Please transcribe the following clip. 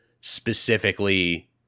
specifically